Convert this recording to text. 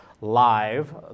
Live